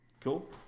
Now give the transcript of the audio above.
Cool